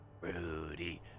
Rudy